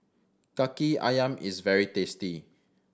Kaki Ayam is very tasty